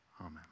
Amen